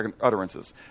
utterances